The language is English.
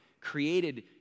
created